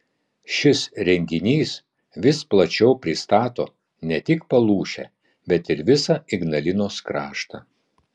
šis renginys vis plačiau pristato ne tik palūšę bet ir visą ignalinos kraštą